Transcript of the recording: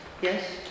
Yes